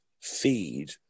feed